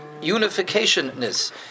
unificationness